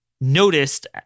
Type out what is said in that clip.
noticed